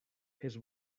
his